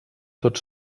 tot